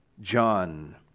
John